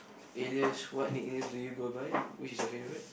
alias what nicknames do you go by which is your favourite